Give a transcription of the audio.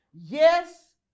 Yes